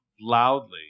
loudly